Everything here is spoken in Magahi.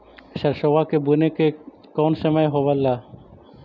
सरसोबा के बुने के कौन समय होबे ला?